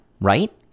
Right